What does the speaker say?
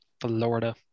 florida